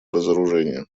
разоружения